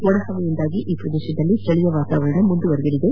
ಒಣಹವೆಯಿಂದಾಗಿ ಈ ಪ್ರದೇಶದಲ್ಲಿ ಚಳಿಯ ವಾತಾವರಣ ಮುಂದುವರೆಯಲಿದೆ